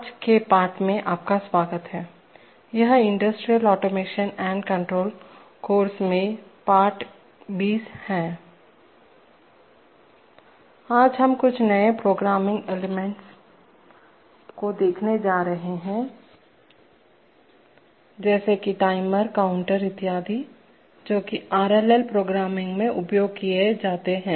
आज के पाठ में आपका स्वागत है यह industrial automation and control course में पाठ 20 है आज हम कुछ नए प्रोग्रामिंग एलिमेंटतत्व को देखने जा रहे हैं जैसे कि टाइमर काउंटर इत्यादि जोकि आरएलएल प्रोग्रामिंग में उपयोग किए जाते हैं